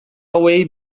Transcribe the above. hauei